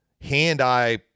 hand-eye